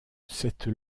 cette